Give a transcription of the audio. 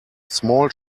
small